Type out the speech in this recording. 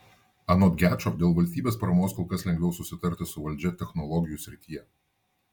anot gečo dėl valstybės paramos kol kas lengviau susitarti su valdžia technologijų srityje